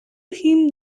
him